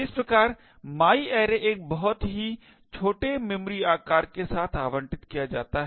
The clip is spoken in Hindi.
इस प्रकार my array एक बहुत ही छोटे मेमोरी आकार के साथ आवंटित किया जाता है